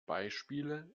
beispiele